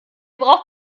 braucht